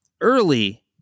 early